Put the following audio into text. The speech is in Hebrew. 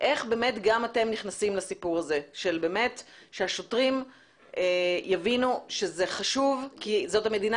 איך באמת גם אתם נכנסים לסיפור הזה שהשוטרים יבינו שזה חשוב כי זאת המדינה